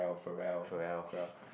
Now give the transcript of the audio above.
Ferrell